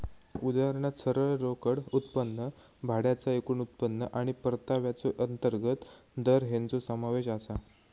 उदाहरणात सरळ रोकड उत्पन्न, भाड्याचा एकूण उत्पन्न आणि परताव्याचो अंतर्गत दर हेंचो समावेश आसा